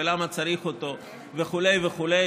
ולמה צריך אותו וכו' וכו',